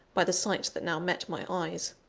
by the sight that now met my eyes.